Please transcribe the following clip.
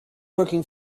working